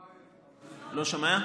כן.